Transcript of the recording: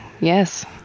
yes